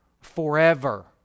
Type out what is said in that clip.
forever